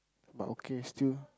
but okay still